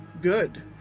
Good